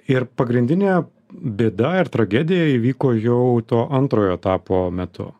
ir pagrindinė bėda ir tragedija įvyko jau to antrojo etapo metu